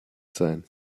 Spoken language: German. sein